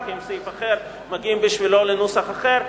לוקחים סעיף אחר ומגיעים בשבילו לנוסח אחר,